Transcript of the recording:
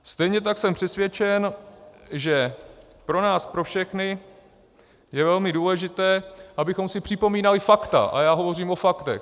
Stejně tak jsem přesvědčen, že pro nás pro všechny je velmi důležité, abychom si připomínali fakta, a já hovořím o faktech.